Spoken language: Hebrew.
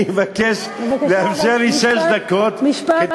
אני מבקש לאפשר לי שש דקות, משפט סיום.